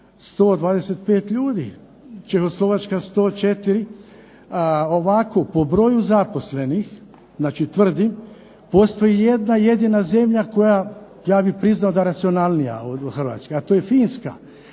125 ljudi, Čehoslovačka 104. Ovako po broju zaposlenih, znači tvrdim postoji jedna jedina zemlja koja ja bih priznao da je racionalnija od Hrvatske, a to je Finska,